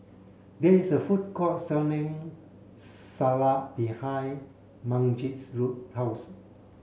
there is a food court selling Salsa behind Magen's house